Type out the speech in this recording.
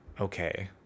Okay